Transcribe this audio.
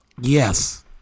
Yes